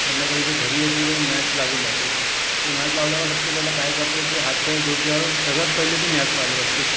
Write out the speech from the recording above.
संध्याकाळी जे घरी येते तो मॅच लागून जाते ती मॅच लावल्यावर सबसे पहले काय करते ते हात पाय धुत्यावर सगळ्यात पहिले ते मॅच पाह्यला बसते